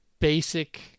basic